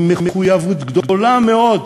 עם מחויבות גדולה מאוד,